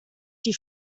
die